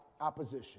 opposition